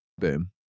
Boom